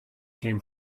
came